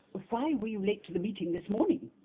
why were you late to the meeting this morning?